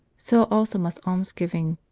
so also must almsgiving,